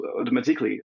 automatically